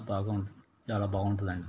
బాగా ఉంటుంది చాలా బాగుంటుందండి